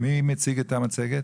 נציג את המצגת.